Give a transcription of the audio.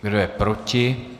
Kdo je proti?